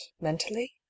mentally